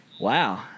Wow